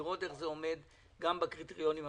לראות איך זה עומד גם בקריטריונים המשפטיים,